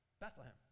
Bethlehem